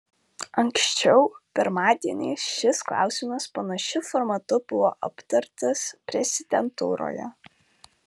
anksčiau pirmadienį šis klausimas panašiu formatu buvo aptartas prezidentūroje